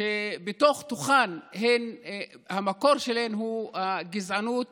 שבתוך-תוכן המקור שלהן הוא גזענות